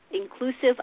inclusive